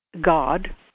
God